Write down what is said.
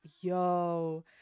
Yo